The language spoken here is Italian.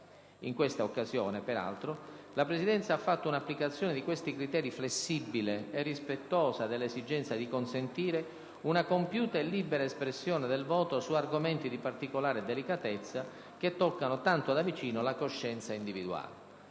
In questa occasione, peraltro, la Presidenza ha fatto un'applicazione di questi criteri flessibile e rispettosa dell'esigenza dì consentire una compiuta e libera espressione del voto su argomenti di particolare delicatezza, che toccano tanto da vicino la coscienza individuale.